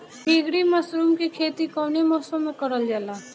ढीघरी मशरूम के खेती कवने मौसम में करल जा?